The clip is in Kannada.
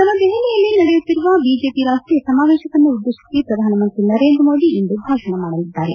ನವದೆಪಲಿಯಲ್ಲಿ ನಡೆಯುತ್ತಿರುವ ಬಿಜೆಪಿ ರಾಷ್ಷೀಯ ಸಮಾವೇಶನ್ನುದ್ದೇಶಿಸಿ ಪ್ರಧಾನಮಂತ್ರಿ ನರೇಂದ್ರ ಮೋದಿ ಇಂದು ಭಾಷಣ ಮಾಡಲಿದ್ದಾರೆ